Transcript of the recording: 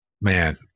Man